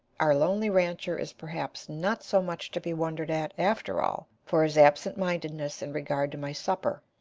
our lonely rancher is perhaps not so much to be wondered at, after all, for his absent-mindedness in regard to my supper.